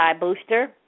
booster